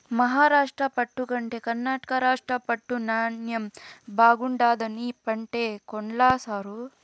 మహారాష్ట్ర పట్టు కంటే కర్ణాటక రాష్ట్ర పట్టు నాణ్ణెం బాగుండాదని పంటే కొన్ల సారూ